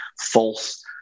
false